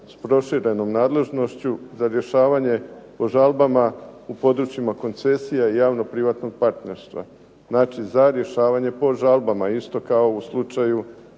s proširenom nadležnošću za rješavanje po žalbama u područjima koncesija i javno-privatnog partnerstva. Znači, za rješavanje po žalbama isto kao u slučaju